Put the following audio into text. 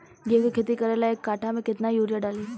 गेहूं के खेती करे ला एक काठा में केतना युरीयाँ डाली?